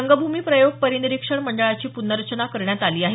रंगभूमी प्रयोग परिनिरीक्षण मंडळाची पुनर्रचना करण्यात आली आहे